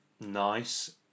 Nice